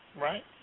right